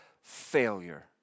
failure